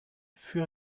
für